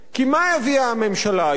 כי מה הביאה הממשלה היום?